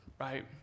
right